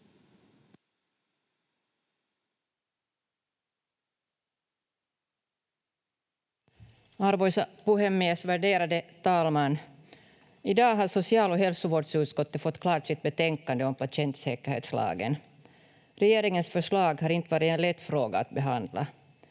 Arvoisa puhemies, värderade talman! I dag har social- och hälsovårdsutskottet fått klart sitt betänkande om patientsäkerhetslagen. Regeringens förslag har inte varit en lätt fråga att behandla.